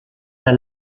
der